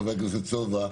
חבר הכנסת סובה,